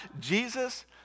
Jesus